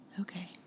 Okay